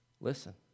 listen